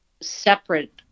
separate